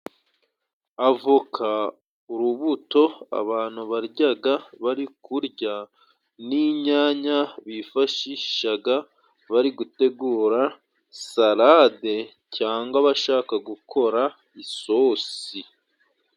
Avoka urubuto abantu baryaga bari kurya n'inyanya bifashishaga bari gutegura Salade cyangwa bashaka gukora isosi.